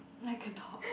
I can talk